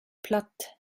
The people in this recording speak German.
platt